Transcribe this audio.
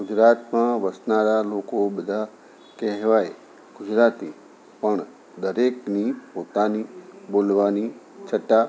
ગુજરાતમાં વસનારા લોકો બધા કહેવાય ગુજરાતી પણ દરેકની પોતાની બોલવાની છટા